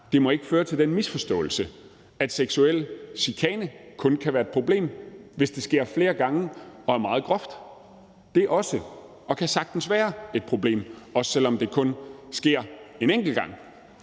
det ikke må føre til den misforståelse, at seksuel chikane kun kan være et problem, hvis det sker flere gange og er meget groft. Det er også og kan sagtens være et problem, selv om det kun sker en enkelt gang.